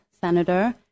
Senator